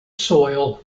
soil